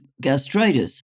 gastritis